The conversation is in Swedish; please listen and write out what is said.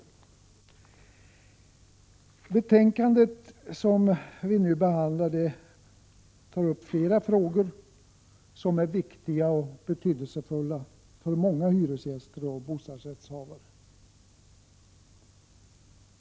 I det betänkande som vi nu behandlar tas upp flera frågor som är viktiga för många hyresgäster och bostadsrättsinnehavare.